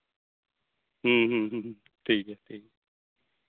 ᱦᱮᱸ ᱦᱮᱸ ᱴᱷᱤᱠ ᱜᱮᱭᱟ ᱴᱷᱤᱠ ᱜᱮᱭᱟ